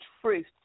truth